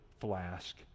flask